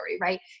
right